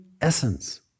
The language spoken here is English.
essence